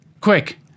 Quick